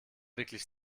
wirklich